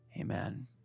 Amen